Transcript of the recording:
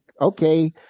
okay